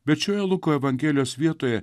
bet šioje luko evangelijos vietoje